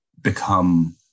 become